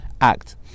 act